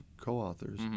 co-authors